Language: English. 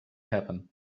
happen